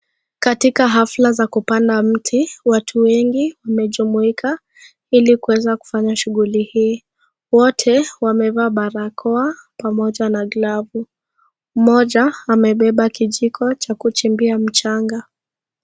Katika hafla za kupanda mti watu wengi wamejumuika ilinkuweza kufanya shughuli hii. Wote wamevaa barakoa pamoja na glavu ,mmoja amebeba kijiko cha kuchimbia mjanga.